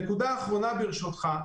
נקודה אחרונה ברשותך.